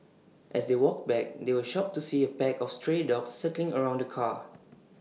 as they walked back they were shocked to see A pack of stray dogs circling around the car